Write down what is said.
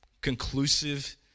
conclusive